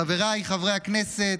חבריי חברי הכנסת,